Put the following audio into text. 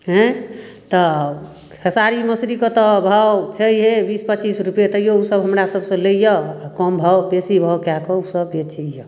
हेँ तऽ खेसारी मसुरीके तऽ भाव छैहे बीस पच्चीस रुपैए तैओ ओसब हमरासभसँ लैए कम भाव बेसी भाव कए कऽ ओसभ बेचैए